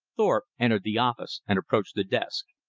thorpe entered the office and approached the desk.